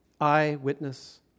Eyewitness